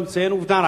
אני רק מציין עובדה.